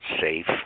safe